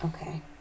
Okay